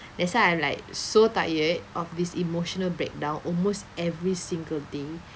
that's why I'm like so tired of this emotional breakdown almost every single day